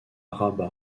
rabat